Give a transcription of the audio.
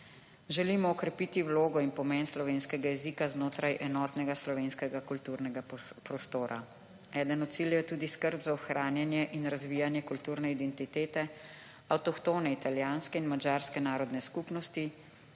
Želimo okrepiti vlogo in pomen slovenskega jezika znotraj enotnega slovenskega kulturnega prostora. Eden od ciljev je tudi skrb za ohranjanje in razvijanje kulturne identitete, avtohtone italijanske in madžarske narodne skupnosti,